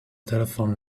telephone